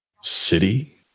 city